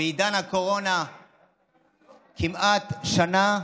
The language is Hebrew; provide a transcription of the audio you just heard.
בעידן הקורונה כמעט שנה,